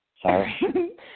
Sorry